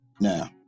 now